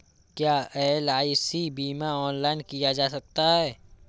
क्या एल.आई.सी बीमा ऑनलाइन किया जा सकता है?